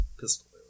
Pistol